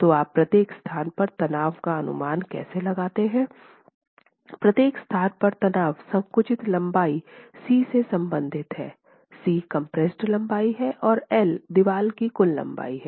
तो आप प्रत्येक स्थान पर तनाव का अनुमान कैसे लगाते हैं प्रत्येक स्थान पर तनाव संकुचित लंबाई c से संबंधित है c कंप्रेस्ड लंबाई है और L दीवार की कुल लंबाई है